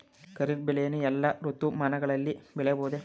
ಖಾರಿಫ್ ಬೆಳೆಯನ್ನು ಎಲ್ಲಾ ಋತುಮಾನಗಳಲ್ಲಿ ಬೆಳೆಯಬಹುದೇ?